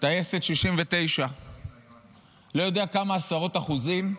טייסת 69. לא יודע כמה עשרות אחוזים,